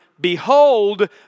Behold